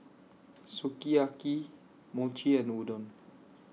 Sukiyaki Mochi and Udon